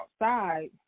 outside